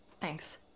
Thanks